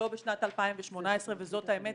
לא בשנת 2018. זו האמת,